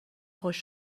خوش